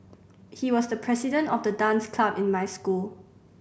he was the president of the dance club in my school